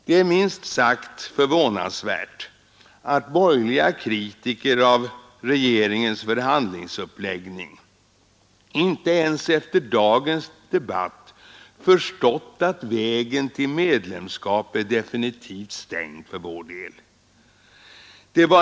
Det är minst sagt förvånansvärt att borgerliga kritiker av regeringens förhandlingsuppläggning inte ens efter dagens debatt förstått att vägen till medlemskap är definitivt stängd för vår del.